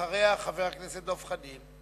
אחריה, חבר הכנסת דב חנין,